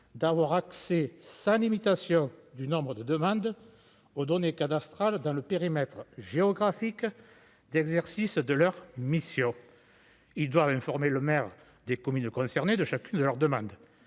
d'avoir accès sans limitation du nombre de demandes aux données cadastrales dans le périmètre géographique d'exercice de leur mission, ils doivent informer le maire des communes concernées de chacune de leurs demandes,